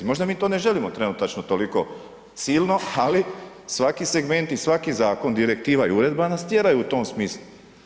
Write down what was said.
Možda mi to ne želimo trenutačno toliko silno ali svaki segment i svaki zakon, direktiva i uredba nas tjeraju u tom smislu.